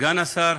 סגן השר